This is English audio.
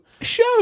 Show